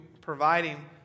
providing